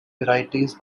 varieties